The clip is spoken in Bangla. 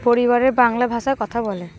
পরিবারে বাংলা ভাষায় কথা বলে